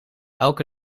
elke